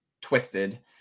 twisted